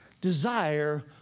desire